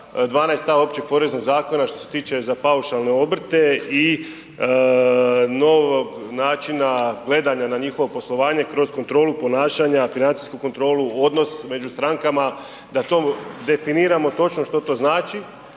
Općeg poreznog zakona što se tiče za paušalne obrte i novog načina gledanja na njihovo poslovanje kroz kontrolu ponašanja, financijsku kontrolu, odnos među strankama, da to definiramo točno što to znači,